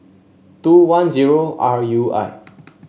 two one zero R U I